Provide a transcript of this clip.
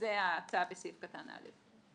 זו ההצעה בסעיף קטן (א).